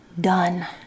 done